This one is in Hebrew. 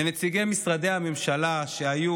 לנציגי משרדי הממשלה שהיו,